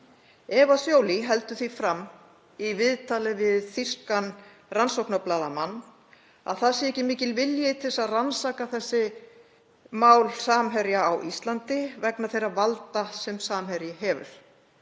Eva Joly heldur því fram í viðtali við þýskan rannsóknarblaðamann að ekki sé mikill vilji til þess að rannsaka mál Samherja á Íslandi vegna þeirra valda sem Samherji hefur.